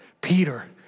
Peter